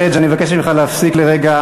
חבר הכנסת פריג', אני מבקש ממך להפסיק לרגע.